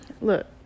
look